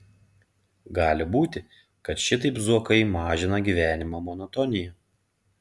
gali būti kad šitaip zuokai mažina gyvenimo monotoniją